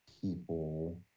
people